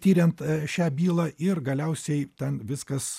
tiriant šią bylą ir galiausiai ten viskas